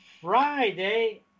Friday